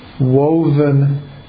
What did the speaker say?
woven